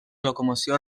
locomoció